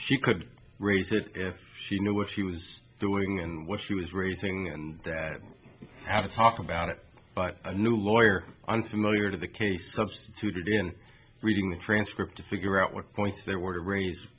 she could raise that if she knew what he was doing and where she was raising him out of talk about it but a new lawyer unfamiliar to the case substituted in reading the transcript to figure out what points they were raise